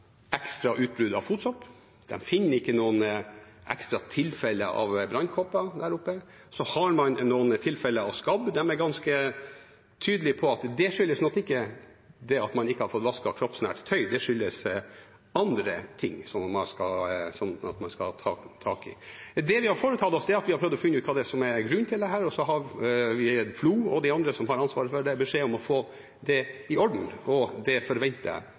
ekstra utbrudd av fotsopp, de finner ikke noen ekstra tilfeller av brennkopper. Så har man noen tilfeller av skabb. De er ganske tydelig på at det ikke skyldes at man ikke har fått vasket kroppsnært tøy, det skyldes andre ting som man skal ta tak i. Det vi har foretatt oss, er å prøve å finne ut hva som er grunnen til dette, og så har FLO og de andre som har ansvar for det, fått beskjed om å få det i orden, og det forventer jeg